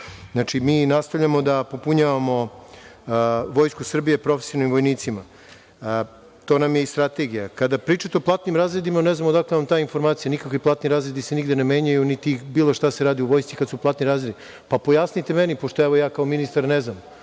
Nastavljamo da popunjavamo Vojsku Srbije profesionalnim vojnicima. To nam je i strategija. Kada pričate o platnim razredima, ne znam odakle vam ta informacija. Platni razredi se nigde ne menjaju, niti se bilo šta radi u vojsci kada su u pitanju platni razredi. Pojasnite vi meni, pošto ja kao ministar ne znam,